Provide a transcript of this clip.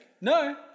No